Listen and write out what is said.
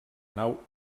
nau